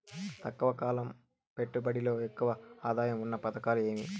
తక్కువ కాలం పెట్టుబడిలో ఎక్కువగా ఆదాయం ఉన్న పథకాలు ఏమి?